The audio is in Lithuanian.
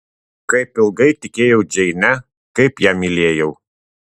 kaip ilgai tikėjau džeine kaip ją mylėjau